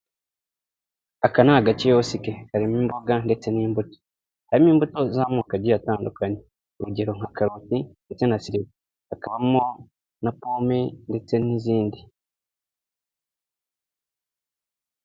Aka ni agakiyosike karimo imboga ndetse n'imbuto. Harimo imbuto z'amoko agiye atandukanye. Urugero nka karoti, ndetse na sereri. Hakabamo na pome ndetse n'izindi.